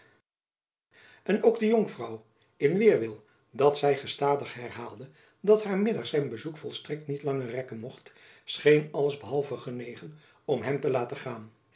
en ook de jonkvrouw in weêrwil dat zy gestadig herhaalde dat haar minnaar zijn bezoek volstrekt niet langer rekken moest scheen alles behalve genegen om hem te laten gaan